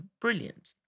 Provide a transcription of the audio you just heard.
brilliant